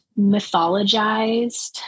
mythologized